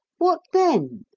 what then?